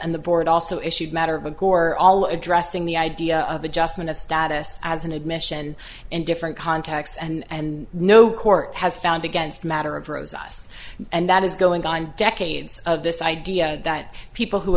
and the board also issued matter of course are all addressing the idea of adjustment of status as an admission in different contexts and no court has found against matter of rose us and that is going on decades of this idea that people who